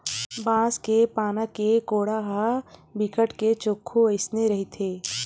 बांस के पाना के कोटा ह बिकट के चोक्खू अइसने रहिथे